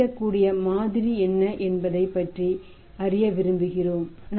கிடைக்கக்கூடிய மாதிரி என்ன என்பதை அறிய விரும்புகிறோம்